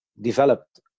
developed